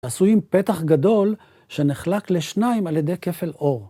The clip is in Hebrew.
עשויים פתח גדול שנחלק לשניים על ידי כפל אור.